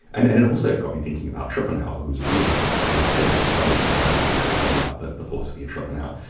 and and it also got me thinking about schopenhauer who is really one of my favourite discoveries in writing this book was learning about the the philosophy of schopenhauer.